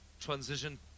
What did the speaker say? transition